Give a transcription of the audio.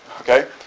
Okay